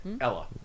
Ella